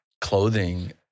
clothing